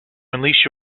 unleash